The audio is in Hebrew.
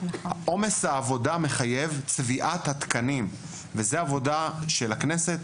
עומס העבודה מחייב צביעת התקנים וזה עבודה של הכנסת,